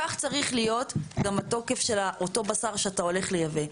כך צריך להיות גם התוקף של אותו בשר שאתה הולך לייבא.